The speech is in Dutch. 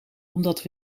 omdat